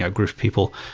ah group of people,